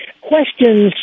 questions